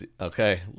Okay